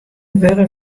wurde